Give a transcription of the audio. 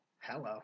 Hello